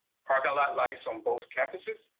parking lot lights on both campuses.